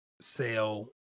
sell